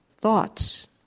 thoughts